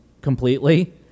completely